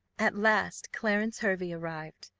at last clarence hervey arrived.